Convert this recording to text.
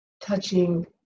touching